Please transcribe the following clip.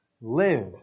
Live